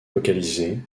localisé